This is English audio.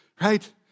right